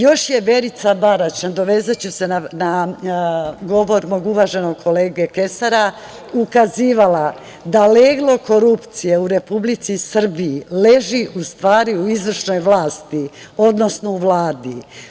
Još je Verica Barać, nadovezaću se na govor mog uvaženog kolege Kesara, ukazivala da leglo korupcije u Republici Srbiji leži u stvari u izvršnoj vlasti, odnosno u Vladi.